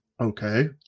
Okay